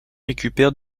récupère